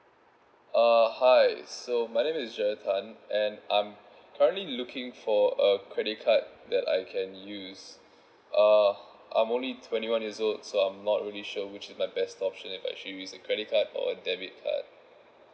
uh hi so my name is jared tan and I'm currently looking for a credit card that I can use uh I'm only twenty one years old so I'm not really sure which is my best option if I should use a credit card or a debit card